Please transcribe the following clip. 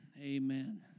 Amen